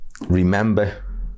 Remember